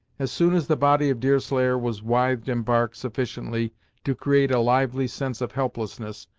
as soon as the body of deerslayer was withed in bark sufficiently to create a lively sense of helplessness,